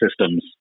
systems